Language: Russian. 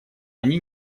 они